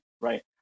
right